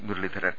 Muraleedharan